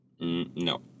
No